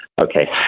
Okay